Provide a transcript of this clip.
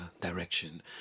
direction